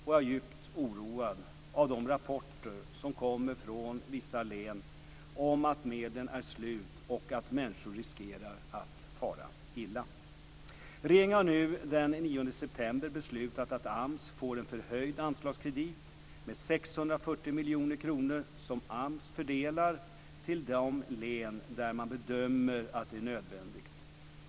Jag är djupt oroad av de rapporter som kommer från vissa län om att medlen är slut och att människor riskerar att fara illa. Regeringen har nu den 9 september beslutat att AMS får en förhöjd anslagskredit med 640 miljoner kronor som AMS ska fördela till de län där man bedömer att det är nödvändigt.